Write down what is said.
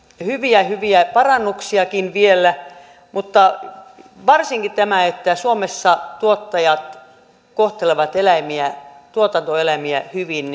hyviä hyviä parannuksiakin vielä mutta varsinkin tätä viestiä että suomessa tuottajat kohtelevat tuotantoeläimiä hyvin